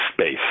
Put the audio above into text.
space